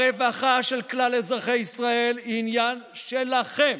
הרווחה של כלל אזרחי ישראל היא עניין שלכם.